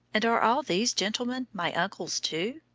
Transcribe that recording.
and are all these gentlemen my uncles too?